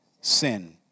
Sin